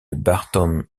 barton